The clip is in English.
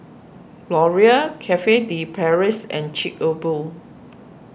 Laurier Cafe De Paris and Chic A Boo